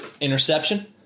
interception